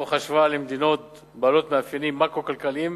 תוך השוואה למדינות בעלות מאפיינים מקרו-כלכליים